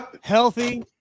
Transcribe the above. Healthy